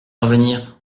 parvenir